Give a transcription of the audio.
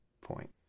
point